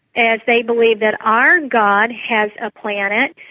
as they believe that our god has a planet.